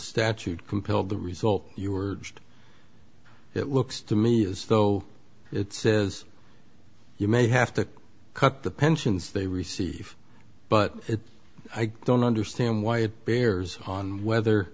statute compelled the result you were just it looks to me as though it says you may have to cut the pensions they receive but it i don't understand why it bears on whether